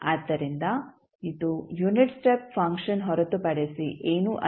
ಆದ್ದರಿಂದ ಇದು unit step function ಹೊರತುಪಡಿಸಿ ಏನೂ ಅಲ್ಲ